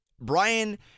Brian